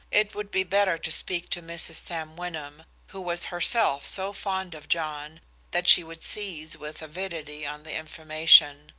it would be better to speak to mrs. sam wyndham, who was herself so fond of john that she would seize with avidity on the information,